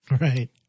Right